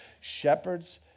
shepherd's